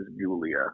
Julia